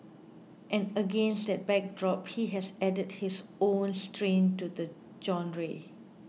and against that backdrop he has added his own strain to the genre